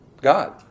God